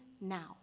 now